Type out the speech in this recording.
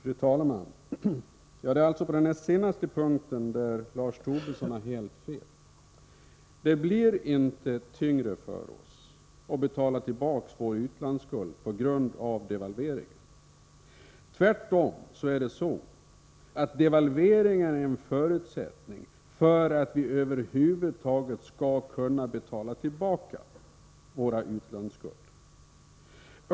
Fru talman! Det är på den senaste punkten som Lars Tobisson har helt fel. Det blir inte tyngre för oss att betala tillbaks vår utlandsskuld på grund av devalveringen. Tvärtom är devalveringen en förutsättning för att vi över huvud taget skall kunna betala tillbaka vår utlandsskuld.